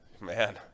man